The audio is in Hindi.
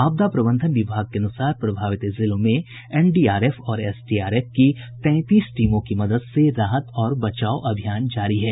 आपदा प्रबंधन विभाग के अनुसार प्रभावित जिलों में एनडीआरएफ और एसडीआरएफ की तैंतीस टीमों की मदद से राहत और बचाव अभियान जारी है